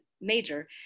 major